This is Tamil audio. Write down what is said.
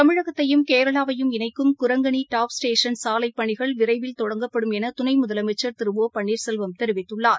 தமிழகத்தையும் கேரளாவையும் இணைக்கும் குரங்கணி டாப் ஸ்டேஷன் சாலைப் பணிகள் விரைவில் தொடங்கப்படும் என துணை முதலமைச்சர் திரு ஒ பன்னீர்செல்வம் தெரிவித்துள்ளார்